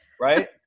Right